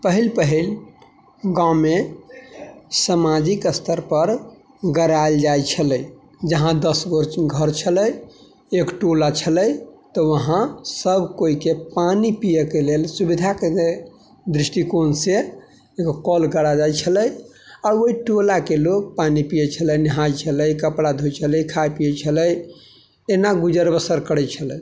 पहिल पहिल गाँवमे सामाजिक स्तर पर गरायल जाइ छलै जहाँ दस गो घर छलै एक टोला छलै तऽ वहाँ सब कोइ के पानि पिअ के सुविधा के दृष्टिकोण से एगो कल गरायल जाइ छलै आ ओहि टोला के लोग पानि पियै छलै नहाय छलै कपड़ा धोय छलै खाइ पियै छलै एना गुजर बसर करै छलै